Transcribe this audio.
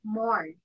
more